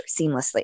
seamlessly